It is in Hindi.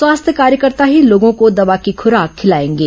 स्वास्थ्य कार्यकर्ता ही लोगों को दवा की खुराक खिलाएंगे